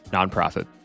Nonprofit